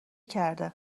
کرده